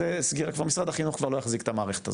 זה משרד החינוך כבר לא יחזיק את המערכת הזאת.